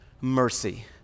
mercy